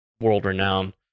world-renowned